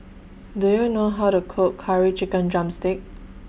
Do YOU know How to Cook Curry Chicken Drumstick